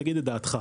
תגיד את דעתך.